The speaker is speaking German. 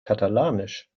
katalanisch